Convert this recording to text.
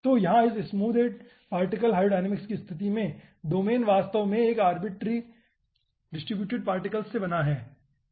तो यहाँ इस स्मूदेड पार्टिकल हाइड्रोडायनामिक्स की स्तिथि में डोमेन वास्तव में एक अर्बीट्रली डिस्ट्रिब्यूटेड पार्टिकल्स से बना है